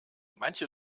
manche